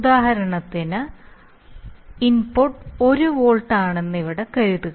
ഉദാഹരണത്തിന് input 1 volt ആണെന്ന് ഇവിടെ കരുതുക